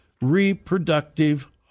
Reproductive